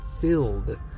filled